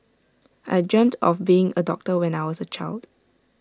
I dreamt of being A doctor when I was A child